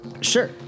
Sure